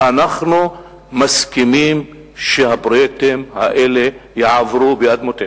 אנחנו מסכימים שהפרויקטים האלה יעברו באדמותינו.